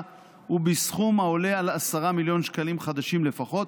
הוא בסכום העולה על 10 מיליון שקלים לפחות,